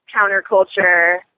counterculture